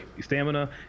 stamina